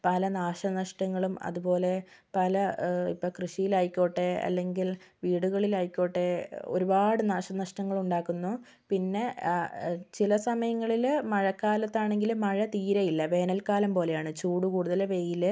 പല നാശനഷ്ടങ്ങളും അത്പോലെ പല ഇപ്പോൾ കൃഷിയിലായിക്കോട്ടെ അല്ലെങ്കിൽ വീടുകളിലായിക്കോട്ടെ ഒരുപാട് നാശനഷ്ടങ്ങളുണ്ടാക്കുന്നു പിന്നെ ചില സമയങ്ങളില് മഴക്കാലത്താണെങ്കില് മഴ തീരെ ഇല്ല വേനൽ കാലം പോലെയാണ് ചൂട് കൂടുതല് വെയില്